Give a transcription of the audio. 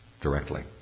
directly